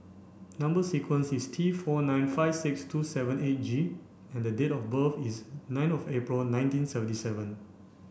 number sequence is T four nine five six two seven eight G and the date of birth is nine of April nineteen seventy seven